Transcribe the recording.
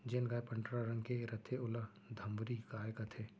जेन गाय पंडरा रंग के रथे ओला धंवरी गाय कथें